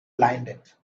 blinded